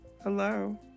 Hello